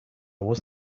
was